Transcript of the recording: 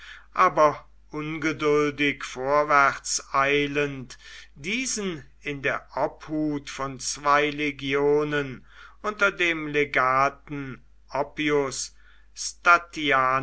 aber ungeduldig vorwärts eilend diesen in der obhut von zwei legionen unter dem legaten oppius